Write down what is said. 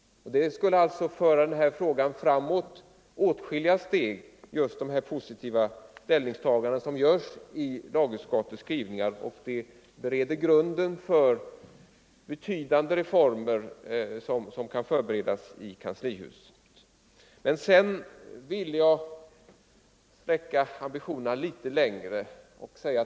Dessa positiva ställningstaganden kommer att föra frågan åtskilliga steg framåt och bereda vägen för betydande reformer, som kan förberedas i kanslihuset. Men jag vill sätta ambitionerna ännu litet högre.